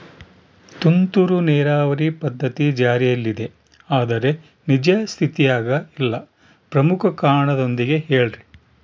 ತುಂತುರು ನೇರಾವರಿ ಪದ್ಧತಿ ಜಾರಿಯಲ್ಲಿದೆ ಆದರೆ ನಿಜ ಸ್ಥಿತಿಯಾಗ ಇಲ್ಲ ಪ್ರಮುಖ ಕಾರಣದೊಂದಿಗೆ ಹೇಳ್ರಿ?